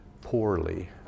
poorly